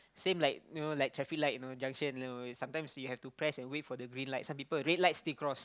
same like you know like traffic light know junction you know sometimes you have to press and wait for the green light some people red light still cross